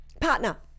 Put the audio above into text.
partner